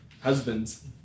Husbands